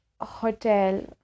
hotel